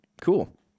Cool